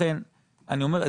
לכן אני אומר,